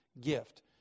gift